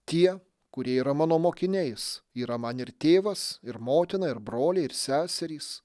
tie kurie yra mano mokiniais yra man ir tėvas ir motina ir broliai ir seserys